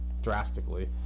drastically